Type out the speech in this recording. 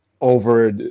Over